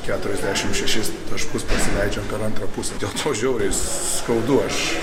keturiasdešim šešis taškus pasileidžiam per antrą pusę dėl to žiauriai skaudu aš